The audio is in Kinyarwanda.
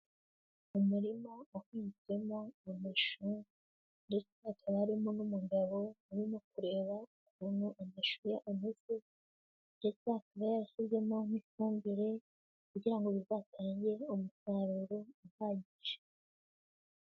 Umurima uhinzemo amashu ndetse hakaba harimo n'umugabo urimo kureba ukuntu amashu ameze, ndetse akaba yarashyizemo n'ifumbire kugira ngo bizatange umusaruro uhagije.